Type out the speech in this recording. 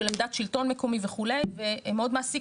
של עמדת שלטון מקומי וכו' ומאוד מעסיק